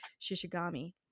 Shishigami